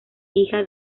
hija